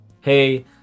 Hey